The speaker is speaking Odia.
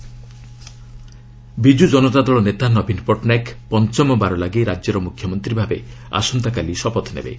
ବିଜେଡ଼ି ବିଜୁ ଜନତା ଦଳ ନେତା ନବୀନ ପଟ୍ଟନାୟକ ପଞ୍ଚମବାର ଲାଗି ରାଜ୍ୟର ମୁଖ୍ୟମନ୍ତ୍ରୀ ଭାବେ ଆସନ୍ତାକାଲି ଶପଥ ନେବେ